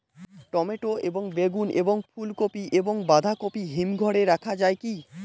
Tomato এবং বেগুন এবং ফুলকপি এবং বাঁধাকপি হিমঘরে রাখা যায় কি?